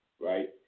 right